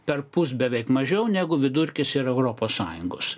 perpus beveik mažiau negu vidurkis ir europos sąjungos